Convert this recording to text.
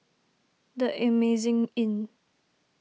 the Amazing Inn